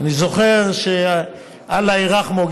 אני זוכר שאללה ירחמו,